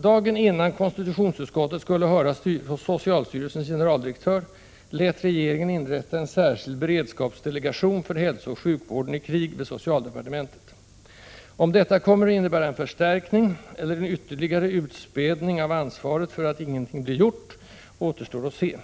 Dagen innan konstitutionsutskottet skulle höra socialstyrelsens generaldirektör lät regeringen inrätta en särskild beredskapsdelegation för hälsooch sjukvården i krig vid socialdepartementet. Om detta kommer att innebära en förstärkning -— eller en ytterligare utspädning av ansvaret för att ingenting blir gjort — återstår att se.